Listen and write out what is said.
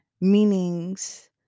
meanings